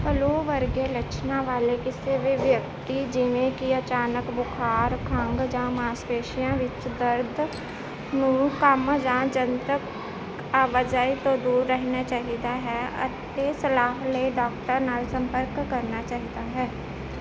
flu ਵਰਗੇ ਲੱਛਣਾਂ ਵਾਲੇ ਕਿਸੇ ਵੀ ਵਿਅਕਤੀ ਜਿਵੇਂ ਕਿ ਅਚਾਨਕ ਬੁਖਾਰ ਖੰਘ ਜਾਂ ਮਾਸਪੇਸ਼ੀਆਂ ਵਿੱਚ ਦਰਦ ਨੂੰ ਕੰਮ ਜਾਂ ਜਨਤਕ ਆਵਾਜਾਈ ਤੋਂ ਦੂਰ ਰਹਿਣਾ ਚਾਹੀਦਾ ਹੈ ਅਤੇ ਸਲਾਹ ਲਈ ਡਾਕਟਰ ਨਾਲ ਸੰਪਰਕ ਕਰਨਾ ਚਾਹੀਦਾ ਹੈ